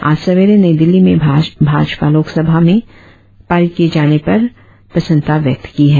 आज सवेरे नई दिल्ली में भाज लोक सभा में पारित किए जाने पर प्रसन्नता व्यक्त की है